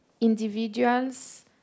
individuals